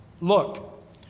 Look